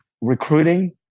recruiting